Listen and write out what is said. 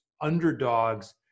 underdogs